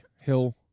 Hill